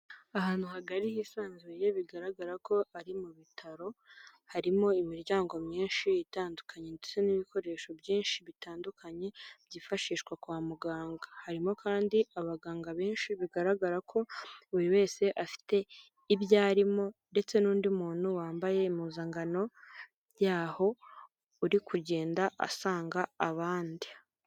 Ahantu hagari hisanzuye bigaragara ko ari mu bitaro, harimo imiryango myinshi itandukanye ndetse n'ibikoresho byinshi bitandukanye; byifashishwa kwa muganga, harimo kandi abaganga benshi bigaragara ko buri wese afite ibyo arimo ndetse n'undi muntu wambaye impuzankano yaho uri kugenda asanga abandi.